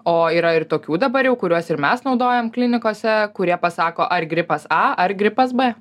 o yra ir tokių dabar jau kuriuos ir mes naudojam klinikose kurie pasako ar gripas a ar gripas b